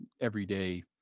everyday